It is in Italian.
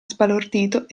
sbalordito